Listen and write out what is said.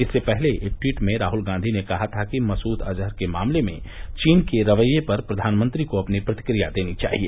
इससे पहले एक ट्वीट में राहल गांधी ने कहा था कि मसूद अजहर के मामले में चीन के रवैये पर प्रधानमंत्री को अपनी प्रतिक्रिया देनी चाहिए